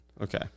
Okay